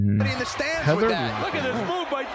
Heather